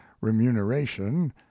remuneration